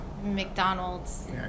McDonald's